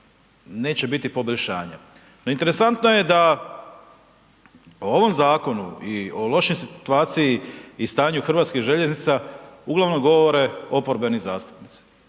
neće biti poboljšanja. No interesantno je da, o ovom zakonu i o lošoj situaciji i stanju Hrvatskim željeznica, uglavnom govore oporbeni zastupnici.